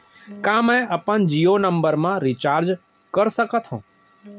का मैं अपन जीयो नंबर म रिचार्ज कर सकथव?